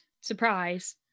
Surprise